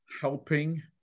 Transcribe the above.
helping